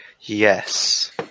Yes